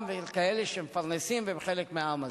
ואל כאלה שמפרנסים והם חלק מהעם הזה.